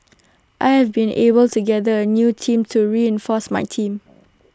I have been able to gather A new team to reinforce my team